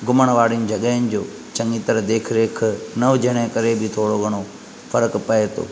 घुमण वारियुनि जॻहियुनि जो चङी तरह देख रेख न हुजण जे करे बि थोरो घणो फ़र्कु पवे थो